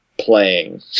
playing